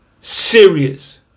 serious